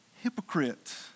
hypocrite